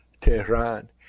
Tehran